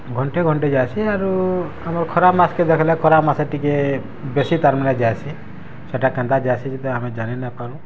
ଘଣ୍ଟେ ଘଣ୍ଟେ ଯାଏସି ଆରୁ ଆମର୍ ଖରା ମାସ୍କେ ଦେଖଲେ ଖରା ମାସେ ଟିକେ ବେଶି ତାର୍ମାନେ ଯାଏସି ସେଟା କେନ୍ତା ଯାଏସି ଯେ ତ ଆମେ ଜାନି ନାଇଁପାରୁଁ